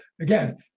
Again